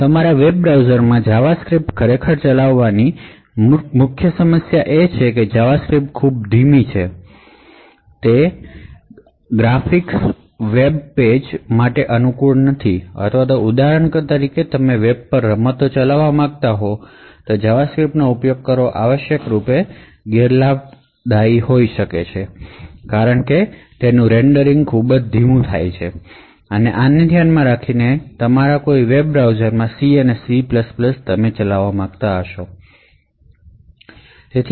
તમારા વેબ બ્રાઉઝરમાં જાવાસ્ક્રિપ્ટ ચલાવવાની મોટી સમસ્યા એ છે કે જાવાસ્ક્રિપ્ટ ખૂબ ધીમી છે અને તે હાઇએન્ડ ગ્રાફિક વેબ પેજ માટે અનુકૂળ નથી અથવા ઉદાહરણ તરીકે જો તમે વેબ પર રમતો ચલાવી રહ્યા છો તો જાવાસ્ક્રિપ્ટનો ઉપયોગ કરવો મોટી ગેરલાભ હશે કારણ કે તેનું રેન્ડરિંગ ખૂબ ધીમું છે આને ધ્યાનમાં રાખીને કોઈ તમારા વેબ બ્રાઉઝરમાં C અને C કોડ ચલાવવા માગી શકે